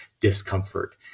discomfort